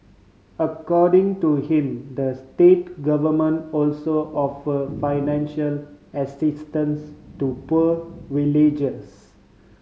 according to him the state government also offer financial assistance to poor villagers